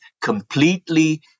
completely